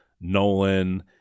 Nolan